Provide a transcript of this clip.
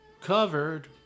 covered